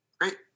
Great